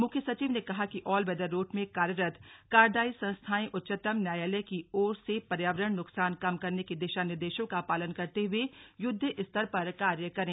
मुख्य सचिव ने कहा कि ऑल वेदर रोड में कार्यरत कार्यदायी संस्थायें उच्चतम न्यायालय की ओर से पर्यावरण नुकसान कम करने के दिशा निर्देशों का पालन करते हुए युद्ध स्तर पर कार्य करें